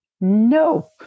no